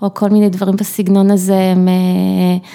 או כל מיני דברים בסגנון הזה.